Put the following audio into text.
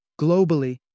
Globally